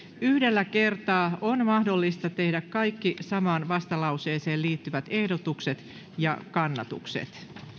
yhdellä kertaa on mahdollista tehdä kaikki samaan vastalauseeseen liittyvät ehdotukset ja kannatukset